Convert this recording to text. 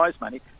money